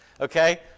okay